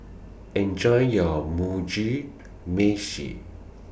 Enjoy your Mugi Meshi